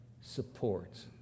supports